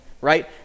right